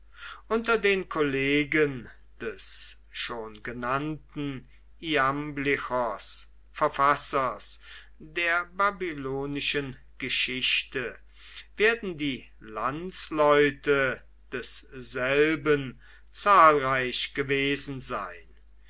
unter den kollegen des schon genannten iamblichos verfassers der babylonischen geschichte werden die landsleute desselben zahlreich gewesen sein